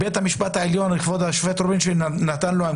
בית המשפט העליון וכבוד השופט רובינשטיין נתנו לו הכשר,